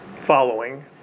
following